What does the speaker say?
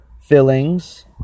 fillings